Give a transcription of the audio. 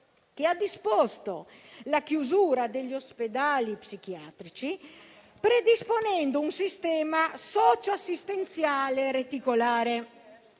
che ha disposto la chiusura degli ospedali psichiatrici, predisponendo un sistema di assistenza psichiatrica